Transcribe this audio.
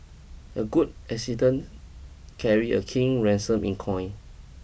a good assistant carry a king ransom in coin